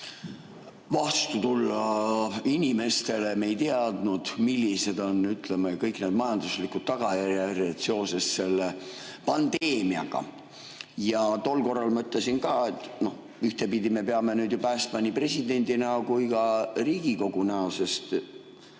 vastu tulla inimestele. Me ei teadnud, millised on kõik need majanduslikud tagajärjed seoses selle pandeemiaga. Ja tol korral ütlesin ka, et ühtepidi me peame päästma nii presidendi kui ka Riigikogu näo, sest